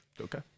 Okay